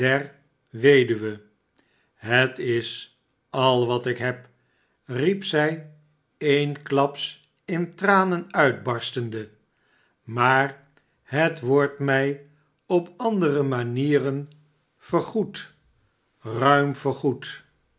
het is al wat ik heb riep zij eensklaps in tranen mtbarstende maar het wordt mij op andere mameren vergoed ruim vergoed